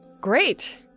Great